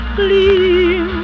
gleam